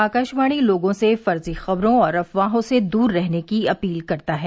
आकाशवाणी लोगों से फर्जी खबरों और अफवाहों से दूर रहने की अपील करता है